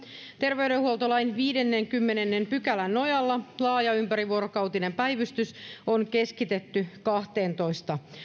terveydenhuoltolain viidennenkymmenennen pykälän nojalla laaja ympärivuorokautinen päivystys on keskitetty kahteentoista